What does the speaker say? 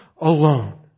alone